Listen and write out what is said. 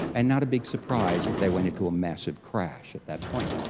and not a big surprise that they went into a massive crash at that point.